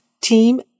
team